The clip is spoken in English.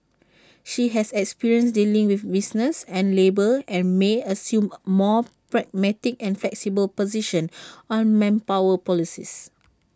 she has experience dealing with business and labour and may assume A more pragmatic and flexible position on manpower policies